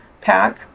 Pack